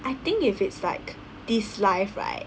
I think if it's like this life right